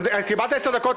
קיבלת עשר דקות.